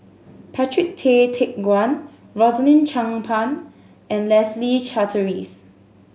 Patrick Tay Teck Guan Rosaline Chan Pang and Leslie Charteris